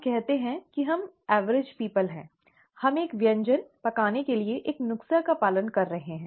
हम कहते हैं कि हम औसत लोग हैं हम एक व्यंजन पकाने के लिए एक नुस्खा का पालन कर रहे हैं